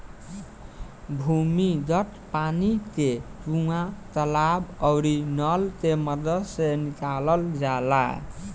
भूमिगत पानी के कुआं, तालाब आउरी नल के मदद से निकालल जाला